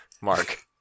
Mark